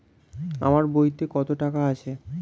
আমার বইতে কত টাকা আছে?